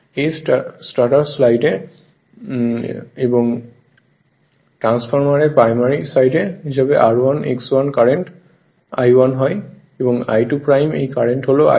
এটি stator side এবং transformer primary side হিসাবে r 1 x 1 কারেন্ট I1 হয়